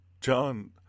John